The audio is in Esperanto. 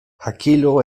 hakilo